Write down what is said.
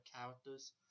characters